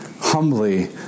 humbly